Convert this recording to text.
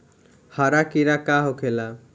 हरा कीड़ा का होखे ला?